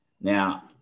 Now